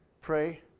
Pray